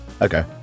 Okay